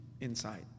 inside